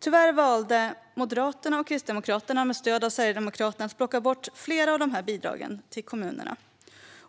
Tyvärr valde Moderaterna och Kristdemokraterna med stöd av Sverigedemokraterna att plocka bort flera av de bidragen till kommunerna.